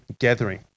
gathering